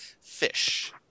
Fish